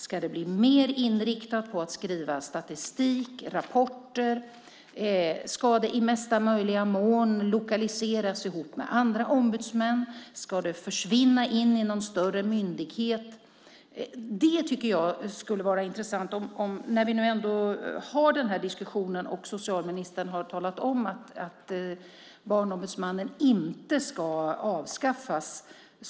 Ska den bli mer inriktad mot att skriva statistik, rapporter? Ska den i mesta möjliga mån lokaliseras ihop med andra ombudsmän? Ska den försvinna in i någon större myndighet? Det tycker jag skulle vara intressant att höra, när vi nu ändå har den här diskussionen och socialministern har talat om att Barnombudsmannen inte ska avskaffas.